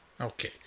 Okay